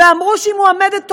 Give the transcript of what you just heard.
ואמרו שהיא מועמדת טובה,